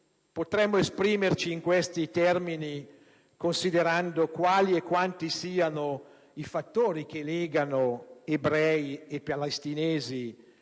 potremmo esprimerci in questi termini considerando quali e quanti siano i fattori che legano ebrei e palestinesi,